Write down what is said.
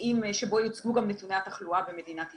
שבו יוצגו גם נתוני התחלואה במדינת ישראל.